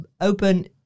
open